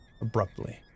abruptly